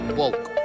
woke